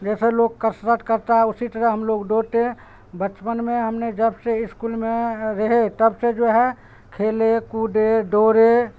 جیسے لوگ کثرت کرتا ہے اسی طرح ہم لوگ دوڑتے بچپن میں ہم نے جب سے اسکول میں رہے تب سے جو ہے کھیلے کودے دوڑے